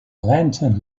lantern